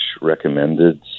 recommended